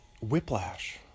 Whiplash